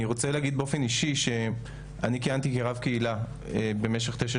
אני רוצה להגיד באופן אישי שאני כיהנתי כרב קהילה במשך תשע